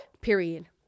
period